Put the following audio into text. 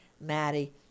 Maddie